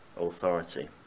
authority